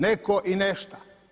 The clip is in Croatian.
Netko i nešto.